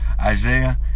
Isaiah